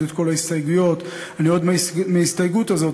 את כל ההסתייגויות אני יורד מההסתייגות הזאת,